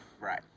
Right